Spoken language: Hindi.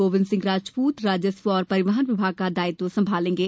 गोविन्द सिंह राजपूत राजस्व तथा परिवहन विभाग का दायित्व सम्भालेंगे